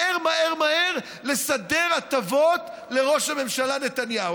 מהר, מהר, מהר לסדר הטבות לראש הממשלה נתניהו.